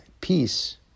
peace